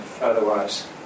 otherwise